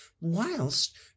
whilst